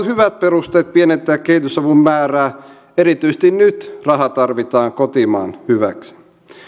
hyvät perusteet pienentää kehitysavun määrää erityisesti nyt raha tarvitaan kotimaan hyväksi